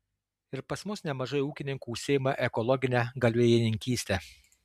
ir pas mus nemažai ūkininkų užsiima ekologine galvijininkyste